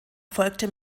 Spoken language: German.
folgte